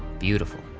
beautiful.